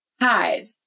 hide